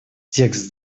текст